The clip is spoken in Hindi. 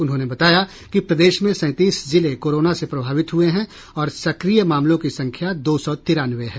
उन्होंने बताया कि प्रदेश में सैंतीस जिले कोरोना से प्रभावित हुए हैं और सक्रिय मामलों की संख्या दो सौ तिरानवे है